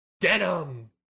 Denim